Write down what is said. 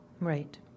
right